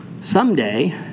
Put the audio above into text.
Someday